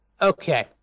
Okay